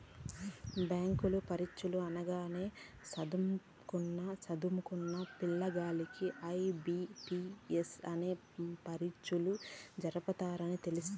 bank పరీచ్చలు అనగానే సదుంకున్న పిల్లగాల్లకి ఐ.బి.పి.ఎస్ అనేది పరీచ్చలు జరపతదని తెలస్తాది